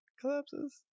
collapses